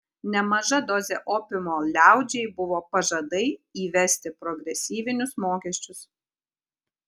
nemaža dozė opiumo liaudžiai buvo pažadai įvesti progresyvinius mokesčius